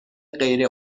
غیر